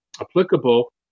applicable